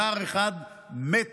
נער אחד מת